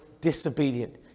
disobedient